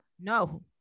No